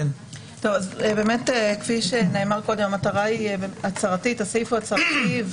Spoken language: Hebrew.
כפי שנאמר קודם, המטרה הצהרתית, הסעיף הצהרתי.